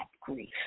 grief